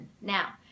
Now